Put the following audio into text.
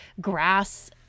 grass